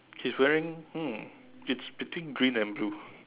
he's wearing hmm it's between green and blue